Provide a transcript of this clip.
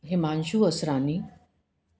Himanshu Asrani